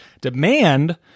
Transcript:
Demand